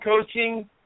coaching